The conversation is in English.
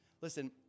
Listen